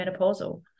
menopausal